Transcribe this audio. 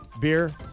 beer